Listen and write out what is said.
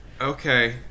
Okay